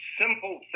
simple